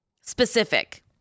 specific